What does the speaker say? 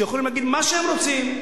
יכולים להגיד מה שהם רוצים.